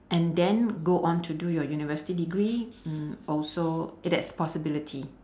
and then go on to do your university degree mm also that's a possibility